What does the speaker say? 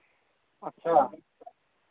अच्छा